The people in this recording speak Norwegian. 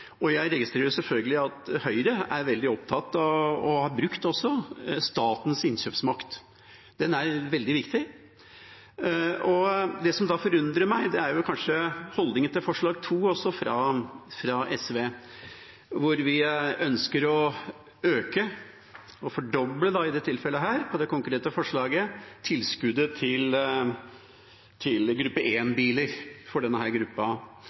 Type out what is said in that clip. og jeg registrerer selvfølgelig at Høyre er veldig opptatt av, og også har brukt, statens innkjøpsmakt. Den er veldig viktig. Det som da forundrer meg, er kanskje holdningen til forslag nr. 2, fra SV, hvor vi ønsker å øke – i dette tilfellet å fordoble – tilskuddet til gruppe 1-biler for denne gruppa. Er det rene budsjettmessige grunner til